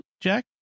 Jack